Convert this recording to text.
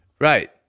right